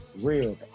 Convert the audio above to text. Real